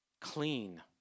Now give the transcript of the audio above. Clean